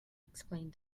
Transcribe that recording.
explained